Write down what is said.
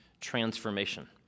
transformation